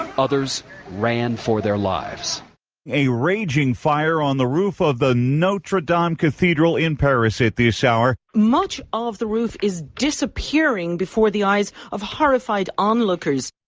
um others ran for their lives in a raging fire on the roof of the notre dame cathedral in paris at this hour. much of the roof is disappearing before the eyes of horrified onlookers.